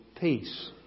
peace